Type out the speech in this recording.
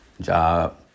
job